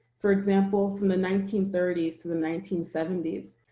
for example, from the nineteen thirty s to the nineteen seventy s,